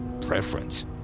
preference